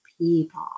people